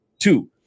two